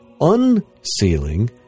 unsealing